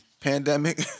pandemic